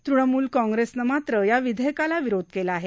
तृणमूल काँग्रेनं मात्र या विधेयकाला विरोध केला आहे